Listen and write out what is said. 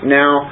now